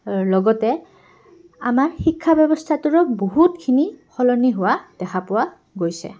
লগতে আমাৰ শিক্ষা ব্যৱস্থাটোৰো বহুতখিনি সলনি হোৱা দেখা পোৱা গৈছে